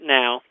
now